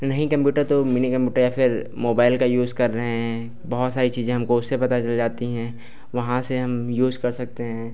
नहीं कम्प्यूटर तो mini computer या फिर मोबाइल का यूज़ कर रहे हैं बहुत सारी चीज़ें हमको उससे पता चल जाती हैं वहाँ से हम यूज़ कर सकते हैं